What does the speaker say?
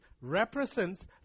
represents